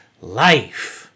life